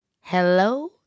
hello